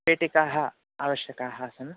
पेटिकाः आवश्यकाः आसन्